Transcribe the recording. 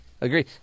agree